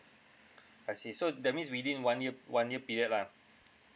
I see so that means within one year one year period lah